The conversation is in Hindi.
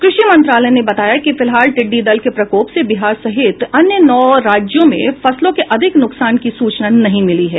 कृषि मंत्रालय ने बताया कि फिलहाल टिड्डी दल के प्रकोप से बिहार सहित अन्य नौ राज्यों में फसलों के अधिक नुकसान की सूचना नहीं मिली है